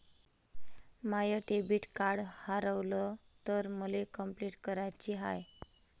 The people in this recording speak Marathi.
माय डेबिट कार्ड हारवल तर मले कंपलेंट कराची हाय